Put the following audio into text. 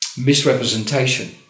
misrepresentation